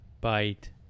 bite